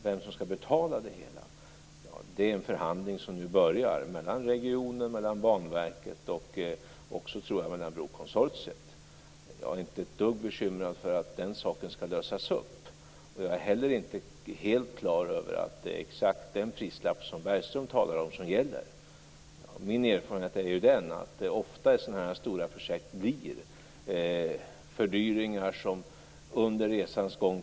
Vem som skall betala det hela avgörs i en förhandling som nu börjar mellan regionen, Banverket och också, tror jag, brokonsortiet. Jag är inte ett dugg bekymrad över att den saken inte skall lösas. Jag är inte helt klar över att det är exakt den prislapp som Bergström talar om som gäller. Min erfarenhet är att det ofta i sådana stora projekt presenteras fördyringar under resans gång.